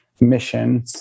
mission